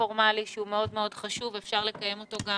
הבלתי-פורמלי שהוא מאוד מאוד חשוב ואפשר לקיים אותו גם